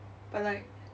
but like